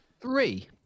Three